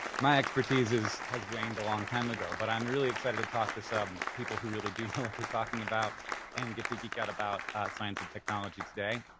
my expertise has waned a long time ago. but i'm really excited to talk to some people who really do know what they're talking about and get to geek out about science and technology today.